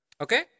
Okay